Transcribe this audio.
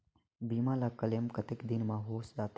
बीमा ला क्लेम कतेक दिन मां हों जाथे?